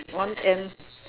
one end